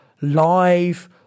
live